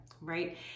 right